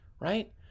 Right